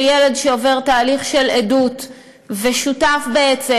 שילד שעובר תהליך של עדות ושותף בעצם